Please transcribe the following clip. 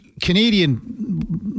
Canadian